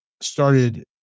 started